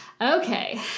okay